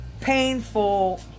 painful